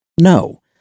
no